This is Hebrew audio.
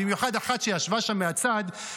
במיוחד אחת שישבה שם מהצד,